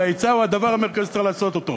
וההיצע הוא הדבר המרכזי שצריך לעשות אותו.